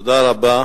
תודה רבה.